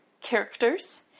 characters